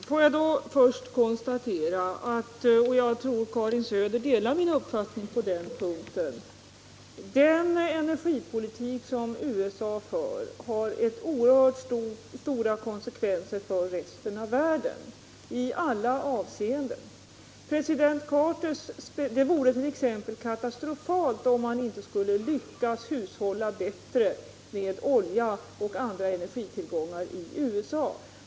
Herr talman! Får jag då först konstatera att USA:s energipolitik drar med sig oerhört stora konsekvenser för resten av världen i alla avseenden. Här tror jag att Karin Söder delar min mening. Det vore t.ex. katastrofalt om man inte skulle lyckas hushålla bättre med olja och andra energitillgångar i USA.